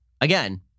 Again